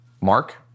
Mark